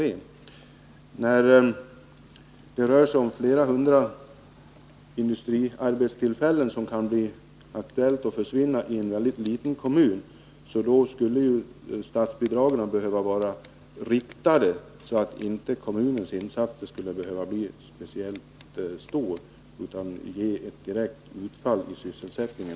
När det kan bli aktuellt att så många som flera hundra industriarbetstillfällen försvinner i en mycket liten kommun skulle statsbidragen behöva vara riktade, så att inte kommunens insatser behövde bli speciellt stora för att ge ett direkt utfall på sysselsättningen.